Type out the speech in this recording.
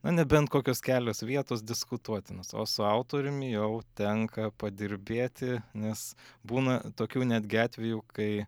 na nebent kokios kelios vietos diskutuotinos o su autoriumi jau tenka padirbėti nes būna tokių netgi atvejų kai